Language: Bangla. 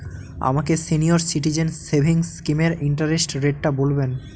আমাকে সিনিয়র সিটিজেন সেভিংস স্কিমের ইন্টারেস্ট রেটটা বলবেন